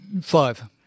Five